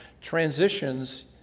transitions